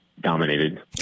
dominated